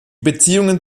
beziehungen